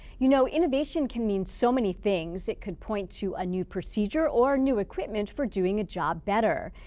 you know, innovation can mean so many things. it could point to a new procedure or new equipment for doing a job better.